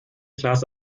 klaas